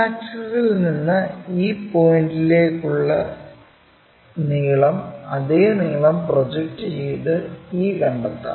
X ആക്സിസിൽ നിന്ന് e പോയിന്റിലേക്കുള്ള നീളം അതേ നീളം പ്രൊജക്ട് ചെയ്ത് e കണ്ടെത്താം